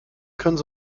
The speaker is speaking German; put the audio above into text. können